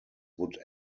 would